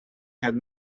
had